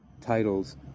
titles